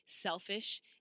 selfish